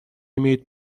имеет